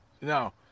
no